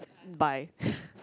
bye